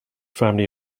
family